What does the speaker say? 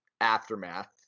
Aftermath